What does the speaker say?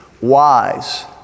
wise